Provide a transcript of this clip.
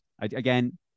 again